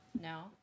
No